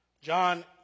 John